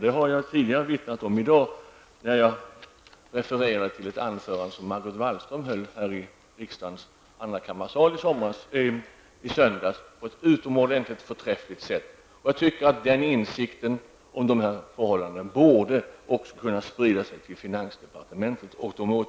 Det har jag tidigare vittnat om i dag när jag refererade till ett anförande som Margot Wallström höll i riksdagens andrakammarsal i söndags på ett mycket förträffligt sätt. Jag tycker att insikten om dessa förhållanden och de åtgärder som föreslås också borde kunna spridas till finansdepartementet.